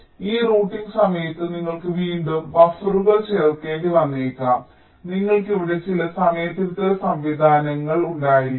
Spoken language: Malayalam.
ഈ റൂട്ടിംഗ് സമയത്ത് നിങ്ങൾക്ക് വീണ്ടും ബഫറുകൾ ചേർക്കേണ്ടി വന്നേക്കാം നിങ്ങൾക്ക് ഇവിടെ ചില സമയ തിരുത്തൽ സംവിധാനങ്ങൾ ഉണ്ടായിരിക്കാം